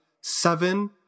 seven